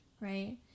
right